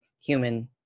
human